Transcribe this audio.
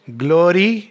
glory